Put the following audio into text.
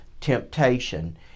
temptation